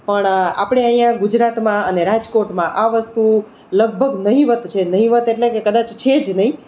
પણ આપણે અહીંયા ગુજરાતમાં અને રાજકોટમાં આ વસ્તુ લગભગ નહીવત્ત છે નહિવત્ત એટલે કે કદાચ છે જ નહીં